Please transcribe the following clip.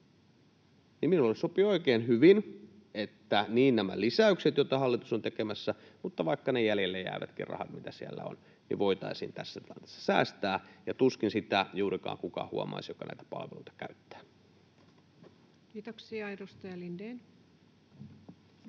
minulle sopii oikein hyvin, että niin nämä lisäykset, joita hallitus on tekemässä, kuin vaikka ne jäljelle jäävätkin rahat, mitä siellä on, voitaisiin tässä tilanteessa säästää, ja tuskin sitä juurikaan huomaisi kukaan, joka näitä palveluita käyttää. Kiitoksia. — Edustaja Lindén.